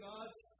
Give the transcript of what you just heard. God's